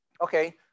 Okay